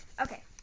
okay